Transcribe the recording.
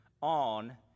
On